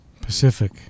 Pacific